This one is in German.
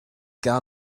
gar